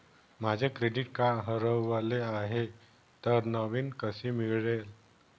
माझे credit card हरवले आहे तर नवीन कसे मिळेल?